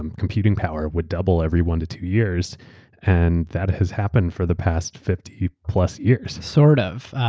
um computing power would double every one to two years and that has happened for the past fifty plus years. sort of.